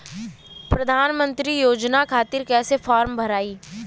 प्रधानमंत्री योजना खातिर कैसे फार्म भराई?